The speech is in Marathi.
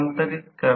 हा भाग तेथे नाही